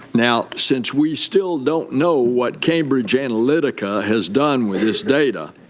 now, since we still don't know what cambridge analytica has done with this data,